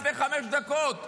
לפני חמש דקות,